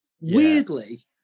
Weirdly